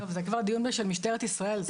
זה כבר דיון של משטרת ישראל,